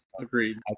agreed